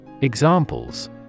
Examples